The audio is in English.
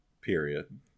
period